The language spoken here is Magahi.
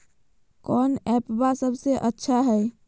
कौन एप्पबा सबसे अच्छा हय?